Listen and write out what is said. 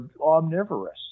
omnivorous